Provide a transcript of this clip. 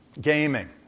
gaming